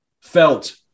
felt